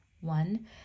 One